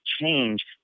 change